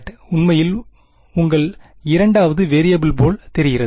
உண்மையில் உங்கள் இரண்டாவதுவேரியபிள் போல் தெரிகிறது